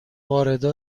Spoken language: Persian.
گوجه